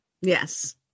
Yes